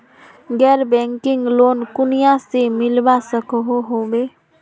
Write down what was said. गैर banking loan कुनियाँ से मिलवा सकोहो होबे?